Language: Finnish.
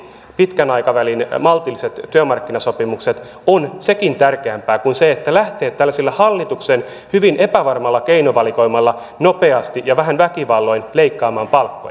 pitkän aikavälin maltilliset työmarkkinasopimukset ovat nekin tärkeämpiä kuin lähteä tällaisella hallituksen hyvin epävarmalla keinovalikoimalla nopeasti ja vähän väkivalloin leikkaamaan palkkoja